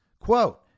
quote